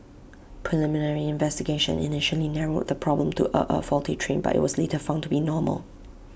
preliminary investigation initially narrowed the problem to A a faulty train but IT was later found to be normal